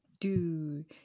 Dude